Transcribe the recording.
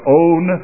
own